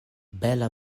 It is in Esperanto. bela